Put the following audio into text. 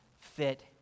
fit